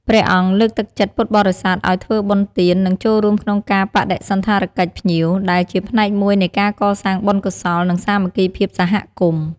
ពុទ្ធបរិស័ទដើរតួនាទីយ៉ាងសំខាន់ក្នុងការអនុវត្តកិច្ចការជាក់ស្ដែងក្នុងការទទួលបដិសណ្ឋារកិច្ច និងផ្ដល់ភាពងាយស្រួលដល់ភ្ញៀវ។